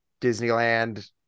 Disneyland